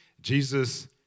Jesus